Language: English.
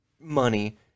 money